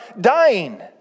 dying